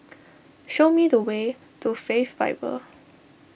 show me the way to Faith Bible